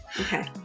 Okay